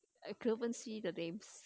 I couldn't see the names